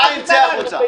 חיים, צא החוצה.